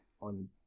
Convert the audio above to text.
on